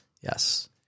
Yes